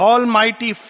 Almighty